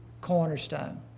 cornerstone